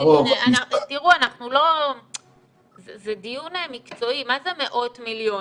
תראו, זה דיון מקצועי, מה זה מאות מיליונים?